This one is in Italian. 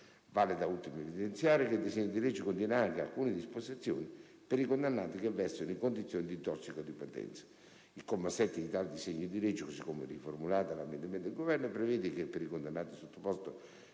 Vale da ultimo evidenziare che il disegno di legge contiene anche alcune disposizioni per i condannati che versano in condizioni di tossicodipendenza. Il comma 7 dell'articolo 1 del suddetto disegno di legge - così come riformulato dall'emendamento 1.500 del Governo - prevede che per i condannati sottoposti